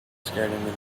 scaring